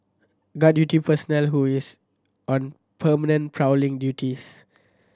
guard duty personnel who is on permanent prowling duties